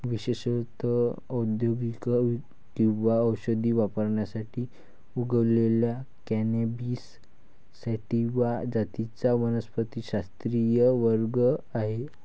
विशेषत औद्योगिक किंवा औषधी वापरासाठी उगवलेल्या कॅनॅबिस सॅटिवा जातींचा वनस्पतिशास्त्रीय वर्ग आहे